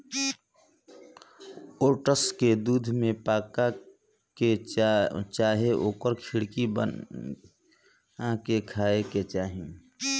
oats के दूध में पका के चाहे ओकर खिचड़ी बना के खाए के चाही